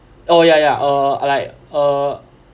oh ya ya uh like uh